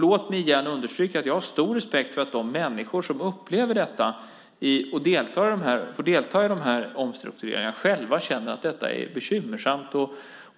Låt mig återigen understryka att jag har stor respekt för att de människor som upplever detta och som får delta i de här omstruktureringarna själva känner att det är bekymmersamt.